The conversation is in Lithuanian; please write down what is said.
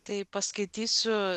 tai paskaitysiu